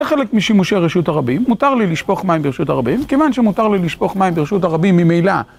חלק משימושי הרשות הרבים, מותר לי לשפוך מים ברשות הרבים, כיוון שמותר לי לשפוך מים ברשות הרבים ממילא